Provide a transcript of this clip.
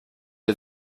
der